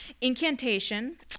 incantation